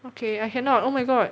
okay I cannot oh my god